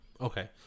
Okay